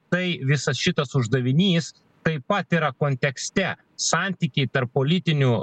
tai visas šitas uždavinys taip pat yra kontekste santykiai tarp politinių